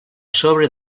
sobre